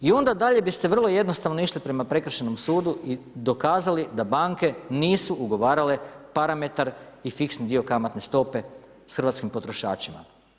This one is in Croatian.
I onda dalje bi ste vrlo jednostavno išli prema prekršajnom sudu i dokazali da banke nisu ugovarale parametar i fiksni dio kamatne stope sa hrvatskim potrošačima.